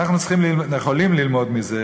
ואנחנו יכולים ללמוד מזה,